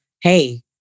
hey